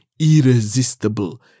Irresistible